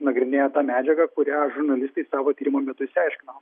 nagrinėja tą medžiagą kurią žurnalistai savo tyrimų metu išsiaiškino